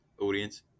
audience